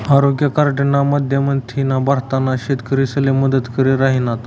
आरोग्य कार्डना माध्यमथीन भारतना शेतकरीसले मदत करी राहिनात